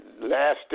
Last